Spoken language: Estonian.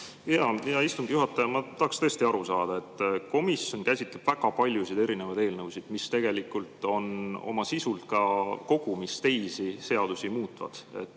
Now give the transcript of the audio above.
Hea istungi juhataja! Ma tahaksin tõesti aru saada. Komisjon käsitleb väga paljusid erinevaid eelnõusid, mis tegelikult on oma sisult kogumis ka teisi seadusi muutvad.